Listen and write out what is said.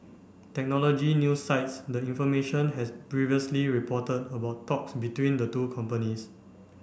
technology news site the information has previously reported about talks between the two companies